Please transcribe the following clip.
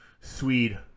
Swede